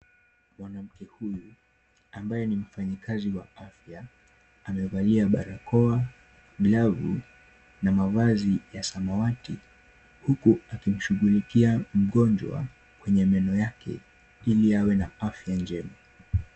Mwanamke huyu ambaye ni mfanyikazi wa afya, amevalia barakoa, glavu, na mavazi ya samawati, huku akimshughulikia mgonjwa kwenye meno yake, ili awe na afya njema.